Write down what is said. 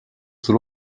sous